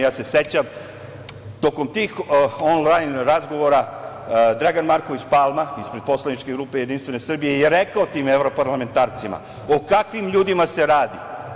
Ja se sećam da je tokom tih onlajn razgovora Dragan Marković Palma ispred poslaničke grupe Jedinstvene Srbije rekao tim evroparlamentarcima o kakvim ljudima se radi.